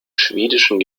schwedischen